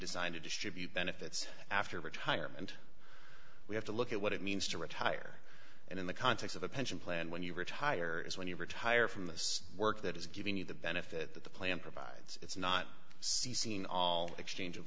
designed to distribute benefits after retirement we have to look at what it means to retire in the context of a pension plan when you retire is when you retire from this work that is giving you the benefit that the plan provides it's not ceasing all exchange of